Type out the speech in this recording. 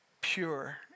pure